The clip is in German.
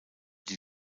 die